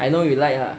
I know you like lah